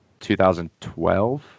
2012